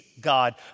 God